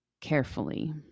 carefully